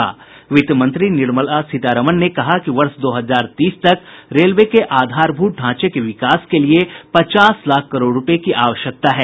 वित्तमंत्री निर्मला सीतारमन ने कहा कि वर्ष दो हजार तीस तक रेलवे के आधारभूत ढ़ांचे के विकास के लिए पचास लाख करोड़ रूपये की आवश्यकता है